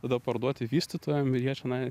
tada parduoti vystytojam ir jie čionai